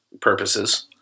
purposes